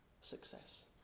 success